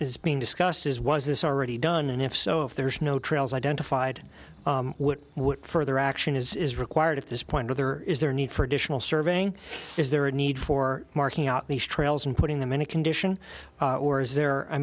is being discussed is was this already done and if so if there's no trails identified what would further action is required at this point are there is there a need for additional surveying is there a need for marking out these trails and putting them in a condition or is there i